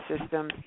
system